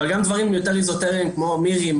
אבל גם דברים יותר איזוטריים כמו מירי,